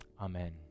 Amen